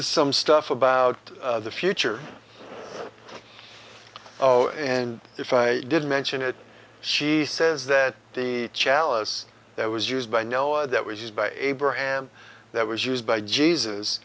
some stuff about the future of and if i didn't mention it she says that the chalice that was used by noah that was used by abraham that was used by jesus